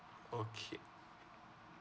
okay